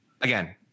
again